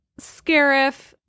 Scarif